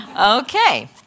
Okay